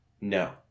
no